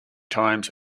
times